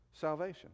salvation